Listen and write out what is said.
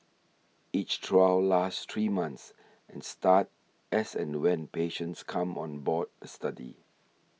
each trial lasts three months and start as and when patients come on board a study